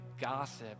gossip